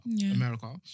America